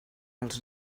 els